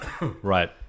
Right